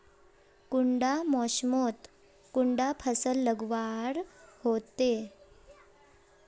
कुंडा मोसमोत कुंडा फसल लगवार होते?